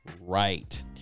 right